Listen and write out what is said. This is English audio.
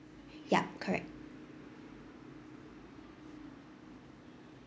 yup correct